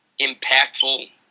impactful